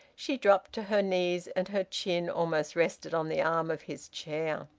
she dropped to her knees, and her chin almost rested on the arm of his chair.